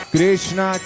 Krishna